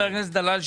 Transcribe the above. חבר הכנסת דלל,